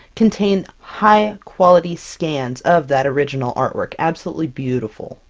contained high quality scans of that original artwork! absolutely beautiful!